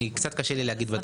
קצת קשה לי להגיד בטווח הזה.